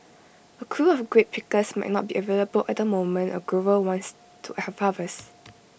A crew of grape pickers might not be available at the moment A grower wants to have harvest